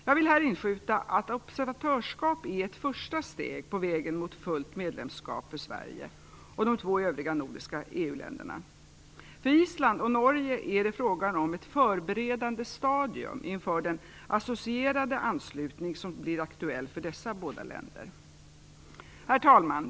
Jag vill här inskjuta att observatörskap är ett första steg på vägen mot fullt medlemskap för Sverige och de två övriga nordiska EU-länderna. För Island och Norge är det fråga om ett förberedande stadium inför den associerade anslutning som blir aktuell för dessa båda länder. Herr talman!